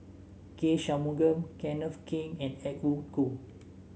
K Shanmugam Kenneth Keng and Edwin Koo